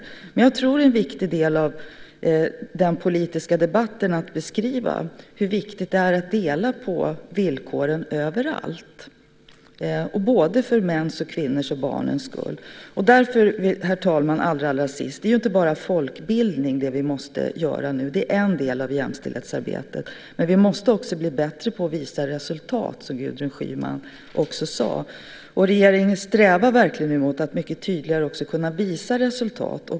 Jag tror dock att det är en viktig del av den politiska debatten att beskriva hur viktigt det är att dela på villkoren överallt, både för männens och kvinnornas och barnens skull. Därför, herr talman - allra sist - är det inte bara folkbildning vi nu måste ägna oss åt. Det är en del av jämställdhetsarbetet, men vi måste också bli bättre på att visa resultat, som Gudrun Schyman också sade. Regeringen strävar verkligen nu mot att mycket tydligare kunna visa resultat.